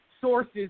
sources